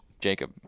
Jacob